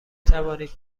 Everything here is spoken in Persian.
توانید